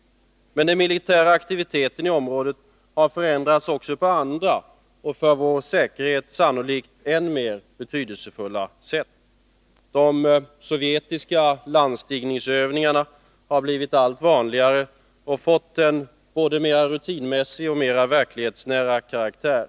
Men den militära aktiviteten i området har förändrats också på andra, och för vår säkerhet sannolikt mer betydelsefulla, sätt. De sovjetiska landstigningsövningarna har blivit allt vanligare och fått en både mer rutinmässig och mer verklighetsnära karaktär.